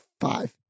five